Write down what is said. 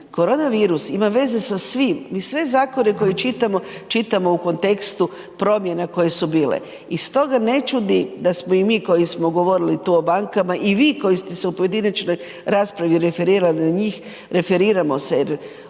Koronavirus ima veze sa svim, mi sve zakone koje čitamo, čitamo u kontekstu promjena koje su bile i stoga ne čudi da smo i mi koji smo govorili tu o bankama i vi koji ste se u pojedinačnoj raspravi referirali na njih, referiramo se jer